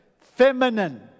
feminine